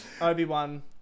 obi-wan